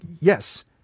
Yes